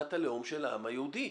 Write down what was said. מדינת הלאום של העם היהודי"